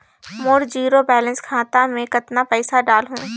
मोर zero balance खाता मे कतना पइसा डाल हूं?